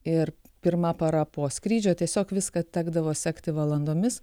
ir pirma para po skrydžio tiesiog viską tekdavo sekti valandomis